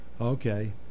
Okay